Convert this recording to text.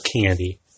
candy